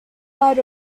part